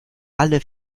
alle